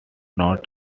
not